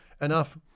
enough